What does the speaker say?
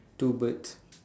two birds